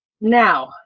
Now